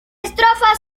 estrofas